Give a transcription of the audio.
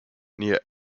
near